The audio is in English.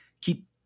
keep